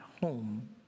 home